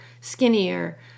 skinnier